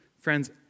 Friends